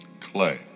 Clay